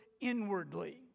inwardly